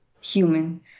Human